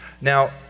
Now